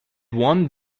one